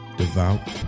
devout